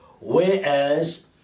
whereas